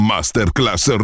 Masterclass